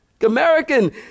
American